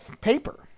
paper